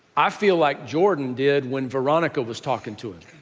i feel like jordan did when veronica was talking to him.